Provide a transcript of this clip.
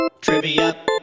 Trivia